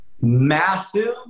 Massive